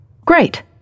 Great